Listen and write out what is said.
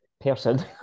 person